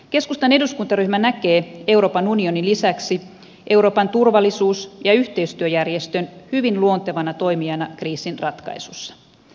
keskustan eduskuntaryhmä näkee euroopan unionin lisäksi euroopan turvallisuus ja yhteistyöjärjestön hyvin luontevana toimijana kriisin ratkaisussa